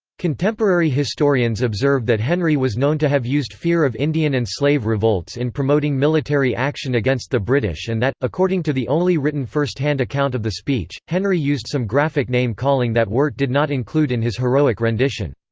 contemporary historians observe that henry was known to have used fear of indian and slave revolts in promoting military action against the british and that, according to the only written first-hand account of the speech, henry used some graphic name-calling that wirt did not include in his heroic rendition.